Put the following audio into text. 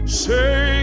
say